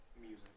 Music